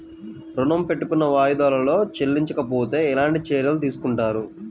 ఋణము పెట్టుకున్న వాయిదాలలో చెల్లించకపోతే ఎలాంటి చర్యలు తీసుకుంటారు?